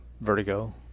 Vertigo